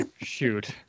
shoot